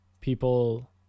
people